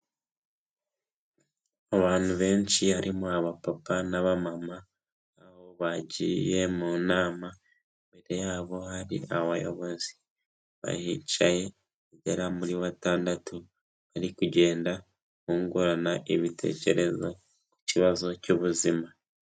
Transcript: Abantu benshi harimo abapapa n'abamama bagiye mu nama, imbere yabo hari abayobozi bahicaye bagera muri batandatu, bari kugenda bungurana ibitekerezo ku kibazo cy'ubuzima.